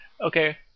okay